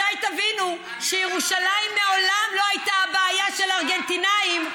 מתי תבינו שירושלים מעולם לא הייתה הבעיה של הארגנטינאים?